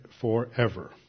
forever